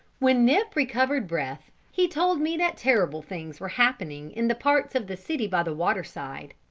when nip recovered breath, he told me that terrible things were happening in the parts of the city by the waterside.